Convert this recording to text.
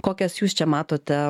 kokias jūs čia matote